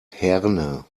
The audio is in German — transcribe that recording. herne